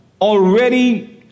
already